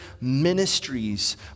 ministries